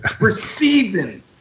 Receiving